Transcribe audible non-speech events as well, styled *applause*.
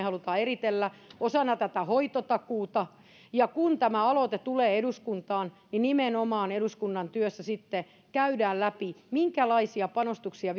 *unintelligible* halutaan eritellä osana tätä hoitotakuuta kun tämä aloite tulee eduskuntaan niin nimenomaan eduskunnan työssä sitten käydään läpi minkälaisia panostuksia *unintelligible*